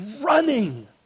running